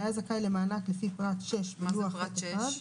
והיה זכאי למענק לפי פרט (6) בלוח ח'1א --- מה זה פרט 6?